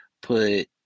put